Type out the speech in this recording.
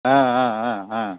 ஆ ஆ ஆ ஆ